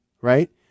right